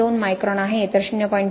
02 micron आहे तर 0